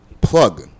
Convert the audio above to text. plug